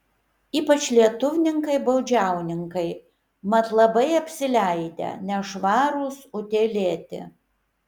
ypač lietuvninkai baudžiauninkai mat labai apsileidę nešvarūs utėlėti